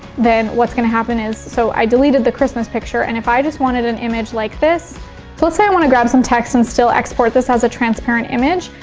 then what's gonna happen is, so i deleted the christmas picture and if i just wanted an image like this. so let's say i wanna grab some text and still export this as a transparent image,